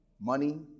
Money